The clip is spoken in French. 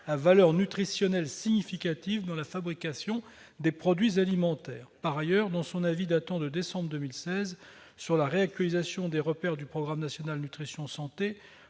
à valeur nutritionnelle significative dans la fabrication des produits alimentaires. D'ailleurs, dans son avis sur l'actualisation des repères du programme national nutrition santé,